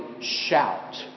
shout